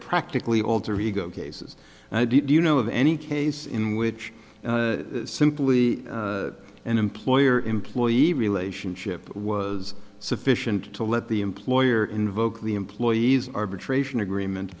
practically alter ego cases do you know of any case in which simply an employer employee relationship was sufficient to let the employer invoke the employee's arbitration agreement